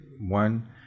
one